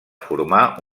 formar